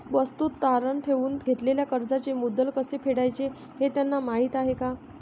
वस्तू तारण ठेवून घेतलेल्या कर्जाचे मुद्दल कसे फेडायचे हे त्यांना माहीत आहे का?